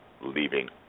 leaving